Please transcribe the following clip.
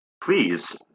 please